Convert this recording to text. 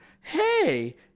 Hey